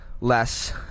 less